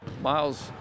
Miles